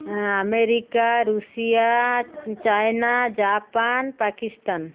America Russia China Japan Pakistan